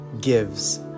gives